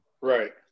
Right